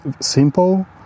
simple